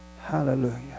Hallelujah